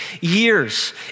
years